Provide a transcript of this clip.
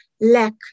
lack